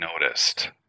noticed